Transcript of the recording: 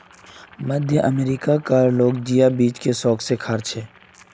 मध्य अमेरिका कार लोग जिया बीज के शौक से खार्चे